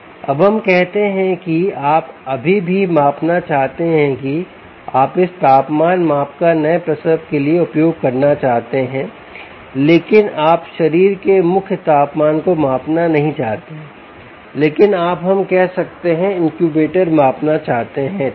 अब हम कहते हैं कि आप अभी भी मापना चाहते हैं कि आप इस तापमान माप का नए प्रसव के लिए उपयोग करना चाहते हैं लेकिन आप शरीर के मुख्य तापमान को मापना नहीं चाहतेलेकिन आप हम कह सकते हैं इनक्यूबेटर मापना चाहते हैं ठीक